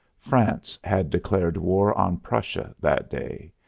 france had declared war on prussia that day.